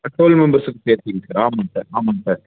sir ஆமாம்ங்க sir ஆமாம்ங்க sir